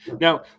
Now